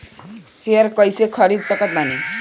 Share कइसे खरीद सकत बानी?